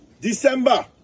December